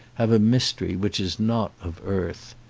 have a mystery which is not of earth.